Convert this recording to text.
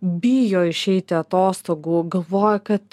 bijo išeiti atostogų galvoja kad